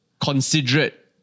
considerate